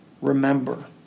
Remember